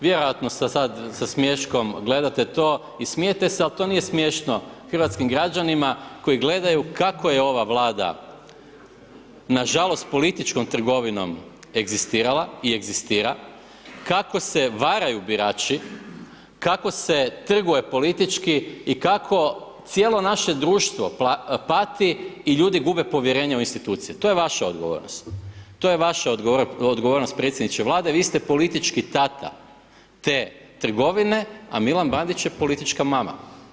Vjerojatno sad sa smiješkom gledate to i smijete se ali to nije smiješno hrvatskim građanima koji gledaju kako je ova Vlada nažalost političkom trgovinom egzistirala i egzistira, kako se varaju birači, kako se trguje politički i kako cijelo naše društvo pati i ljudi gube povjerenje u institucije, to je vaša odgovornost, to je vaša odgovornost predsjedniče Vlade, vi ste politički tata te trgovine a Milan Bandić je politička mama.